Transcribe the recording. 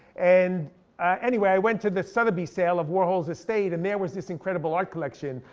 and anyway i went to the sotheby's sale of warhol's estate, and there was this incredible art collection.